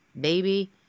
baby